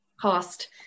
cost